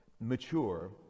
mature